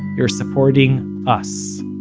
you're supporting us,